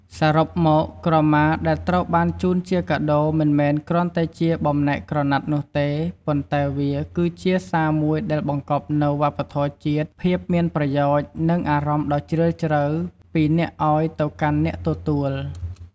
សរុបមក ក្រមាដែលត្រូវបានជូនជាកាដូ មិនមែនគ្រាន់តែជាបំណែកក្រណាត់នោះទេ ប៉ុន្តែវាគឺជា សារមួយដែលបង្កប់នូវវប្បធម៌ជាតិ ភាពមានប្រយោជន៍ និងអារម្មណ៍ដ៏ជ្រាលជ្រៅ ពីអ្នកឲ្យទៅកាន់អ្នកទទួល។